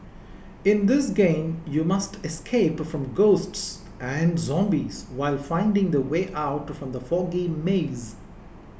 in this game you must escape from ghosts and zombies while finding the way out from the foggy maze